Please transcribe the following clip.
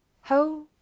ho